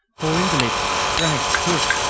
poor invalids, dragged, pushed,